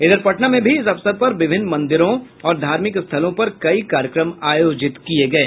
इधर पटना में भी इस अवसर पर विभिन्न मंदिरों और धार्मिक स्थलों पर कई कार्यक्रम आयोजित किये गये